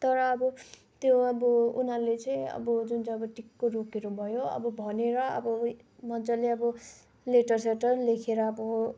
तर अब त्यो अब उनीहरूले चाहिँ अब जुन चाहिँ अब टिकको रुखहरू भयो अब भनेर अब मजाले अब लेटरसेटर लेखेर अब